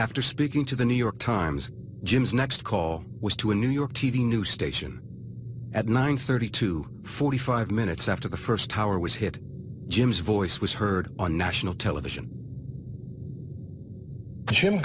after speaking to the new york times jim's next call was to a new york t v news station at nine thirty to forty five minutes after the first tower was hit jim's voice was heard on national television jim